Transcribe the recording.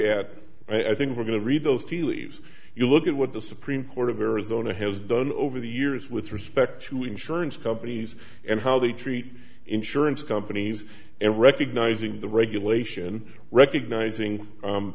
at i think we're going to read those tea leaves you look at what the supreme court of arizona has done over the years with respect to insurance companies and how they treat insurance companies and recognizing the regulation recognizing